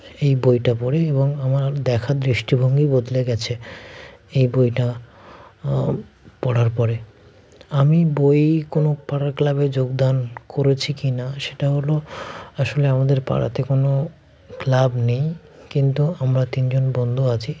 এই বইটা পড়ে এবং আমার দেখার দৃষ্টিভঙ্গি বদলে গেছে এই বইটা পড়ার পরে আমি বই কোনো পাড়ার ক্লাবে যোগদান করেছি কি না সেটা হলো আসলে আমাদের পাড়াতে কোনো ক্লাব নেই কিন্তু আমরা তিনজন বন্ধু আছি